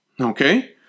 Okay